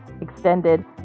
extended